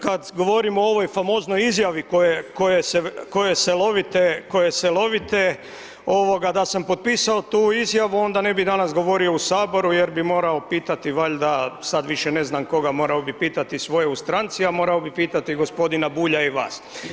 Kad govorimo o ovoj famoznoj izjavi koje se lovite, koje se lovite ovoga da sam potpisao tu izjavu onda ne bi danas govorio u saboru jer bi morao pitati valjda sad više ne znam koga, morao bi pitati svoje u stranci, a morao bit pitati gospodina Bulja i vas.